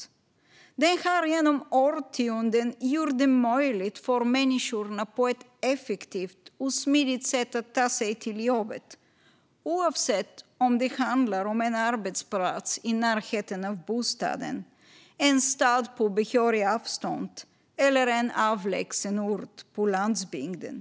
Bilen har genom årtionden gjort det möjligt för människor att på ett effektivt och smidigt sätt ta sig till jobbet, oavsett om det handlar om en arbetsplats i närheten av bostaden, en stad på lite längre avstånd eller en avlägsen ort på landsbygden.